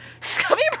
scummy